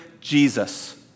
Jesus